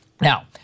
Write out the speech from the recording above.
Now